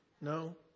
No